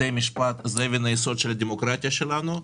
בתי המשפט הם אבן היסוד של הדמוקרטיה שלנו,